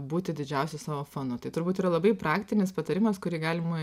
būti didžiausiu savo fanu tai turbūt yra labai praktinis patarimas kurį galima